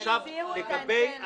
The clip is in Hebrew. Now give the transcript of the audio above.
נכון.